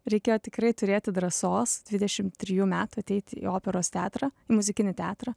reikėjo tikrai turėti drąsos dvidešim trijų metų ateit į operos teatrą muzikinį teatrą